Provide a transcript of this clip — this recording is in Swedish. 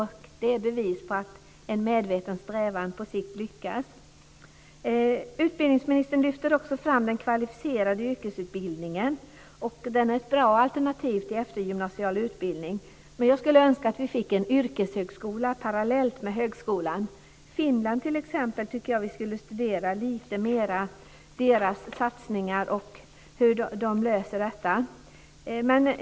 Det är ett bevis för att en medveten strävan på sikt kan lyckas. Utbildningsministern lyfter också fram den kvalificerade yrkesutbildningen. Den är ett bra alternativ till eftergymnasial utbildning, men jag skulle önska att vi fick en yrkeshögskola parallellt med högskolan. Jag tycker t.ex. att vi lite mera skulle studera de lösningar som man har i Finland och de satsningar som man där gör.